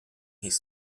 his